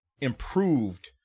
improved